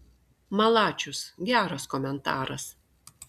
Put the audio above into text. malačius geras komentaras